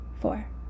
four